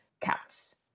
counts